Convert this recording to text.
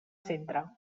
centre